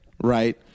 right